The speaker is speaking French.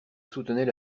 soutenait